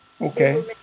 Okay